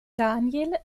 daniel